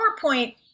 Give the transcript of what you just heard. PowerPoint